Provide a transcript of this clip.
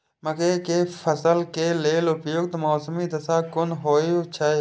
मके के फसल के लेल उपयुक्त मौसमी दशा कुन होए छै?